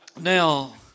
Now